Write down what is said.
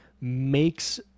makes